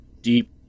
deep